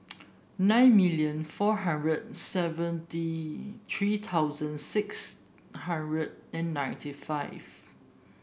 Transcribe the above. nine million four hundred seventy three thousand six hundred and ninety five